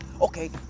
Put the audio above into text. Okay